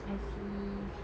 I see